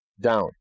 down